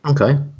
Okay